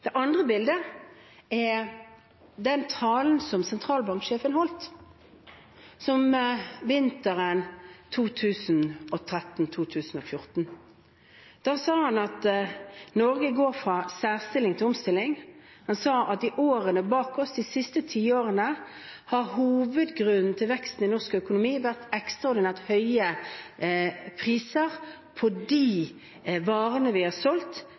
Det andre bildet er den talen som sentralbanksjefen holdt vinteren 2013/2014, og at Norge «går fra særstilling til omstilling». Han sa at i årene bak oss, de siste tiårene, har hovedgrunnen til veksten i norsk økonomi vært ekstraordinært høye priser på de varene vi har solgt,